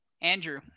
Andrew